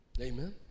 Amen